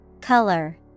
Color